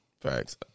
Facts